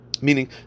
meaning